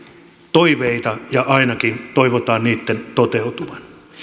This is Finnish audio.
toiveita ja ainakin toivotaan niitten toteutuvan